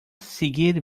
seguir